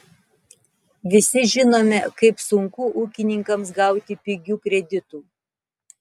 visi žinome kaip sunku ūkininkams gauti pigių kreditų